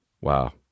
Wow